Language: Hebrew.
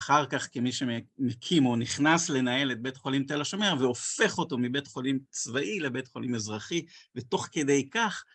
אחר כך כמי שמקים או נכנס לנהל את בית חולים תל השומר, והופך אותו מבית חולים צבאי לבית חולים אזרחי, ותוך כדי כך...